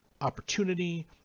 opportunity